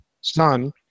son